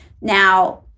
Now